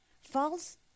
false